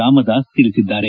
ರಾಮದಾಸ್ ತಿಳಿಸಿದ್ದಾರೆ